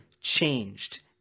changed